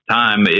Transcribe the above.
time